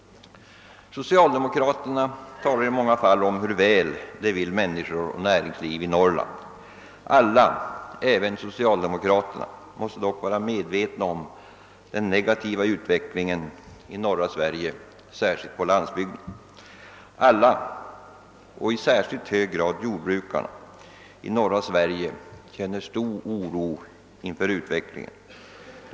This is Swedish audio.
Socialdemokraterna talar i många fall om hur väl de vill människor och näringsliv i Norrland. Alla — även socialdemokraterna — måste dock vara medvetna om den negativa utvecklingen i norra Sverige, särskilt på landsbygden. Alla i norra Sverige — och i särskilt hög grad jordbrukarna — känner stor oro för utvecklingen.